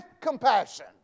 compassion